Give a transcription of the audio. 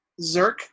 Zerk